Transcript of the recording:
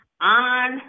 on